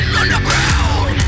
underground